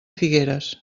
figueres